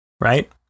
right